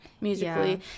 musically